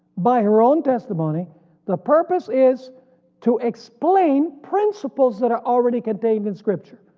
by her own testimony the purpose is to explain principles that are already contained in scripture,